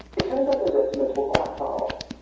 it turns out those estimates were quite far off.